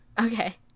Okay